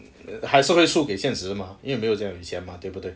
还是会输给现实嘛因为没有这样有钱嘛对不对